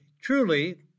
truly